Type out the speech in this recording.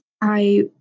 I-